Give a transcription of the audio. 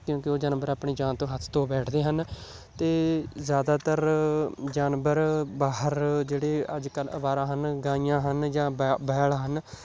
ਕਿਉਂਕਿ ਉਹ ਜਾਨਵਰ ਆਪਣੀ ਜਾਨ ਤੋਂ ਹੱਥ ਧੋ ਬੈਠਦੇ ਹਨ ਅਤੇ ਜ਼ਿਆਦਾਤਰ ਜਾਨਵਰ ਬਾਹਰ ਜਿਹੜੇ ਅੱਜ ਕੱਲ੍ਹ ਅਵਾਰਾ ਹਨ ਗਾਂਈਆਂ ਹਨ ਜਾਂ ਬੈ ਬੈਲ ਹਨ